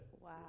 Wow